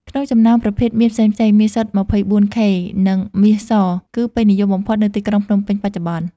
ក្នុងចំណោមប្រភេទមាសផ្សេងៗ មាសសុទ្ធ ២៤ ខេ និងមាសស គឺពេញនិយមបំផុតនៅទីក្រុងភ្នំពេញបច្ចុប្បន្ន។